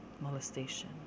molestation